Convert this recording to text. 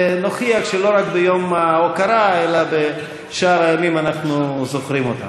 ונוכיח שלא רק ביום ההוקרה אלא גם בשאר הימים אנחנו זוכרים אותם.